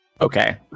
Okay